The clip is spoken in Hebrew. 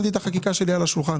שמתי את החקיקה שלי על השולחן.